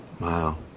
Wow